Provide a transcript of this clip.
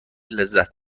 لذت